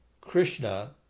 Krishna